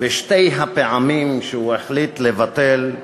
בשתי הפעמים שהוא החליט לבטל,